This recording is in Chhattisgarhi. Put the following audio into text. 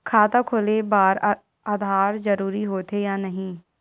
खाता खोले बार आधार जरूरी हो थे या नहीं?